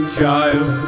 child